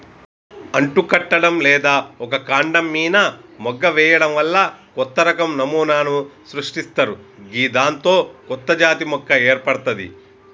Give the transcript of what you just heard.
అంటుకట్టడం లేదా ఒక కాండం మీన మొగ్గ వేయడం వల్ల కొత్తరకం నమూనాను సృష్టిస్తరు గిదాంతో కొత్తజాతి మొక్క ఏర్పడ్తది